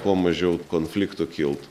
kuo mažiau konfliktų kilti